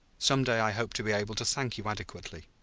some day i hope to be able to thank you adequately.